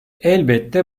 elbette